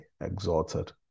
exalted